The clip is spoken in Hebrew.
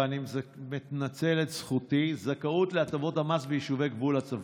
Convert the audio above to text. ואני מנצל את זכותי: זכאות להטבות המס ביישובי גבול הצפון.